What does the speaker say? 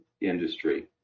industry